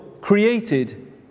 created